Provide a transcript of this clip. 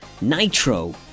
Nitro